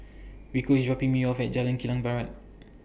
Rico IS dropping Me off At Jalan Kilang Barat